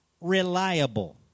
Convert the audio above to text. reliable